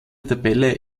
tabelle